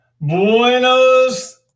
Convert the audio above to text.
Buenos